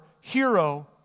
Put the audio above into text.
hero